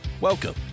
Welcome